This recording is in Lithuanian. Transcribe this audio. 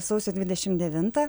sausio dvidešim devintą